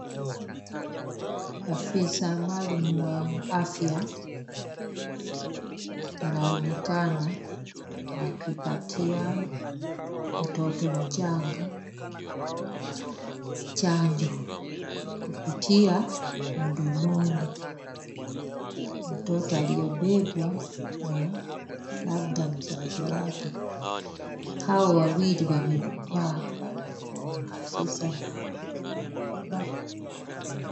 Afisa maalum wa afya anaonekana akipatia mtoto mchanga chanjo kupitia mdomoni. Mtoto aliyobebwa na labda mzazi wake. Hao wawili wamevaa barakoa; afisa na mwenye amebeba mtoto.